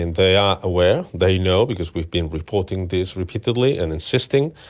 and they are aware, they know because we've been reporting these repeatedly and insisting.